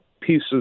pieces